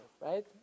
right